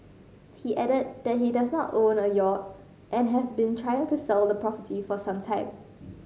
he added that he does not own a yacht and has been trying to sell the property for some time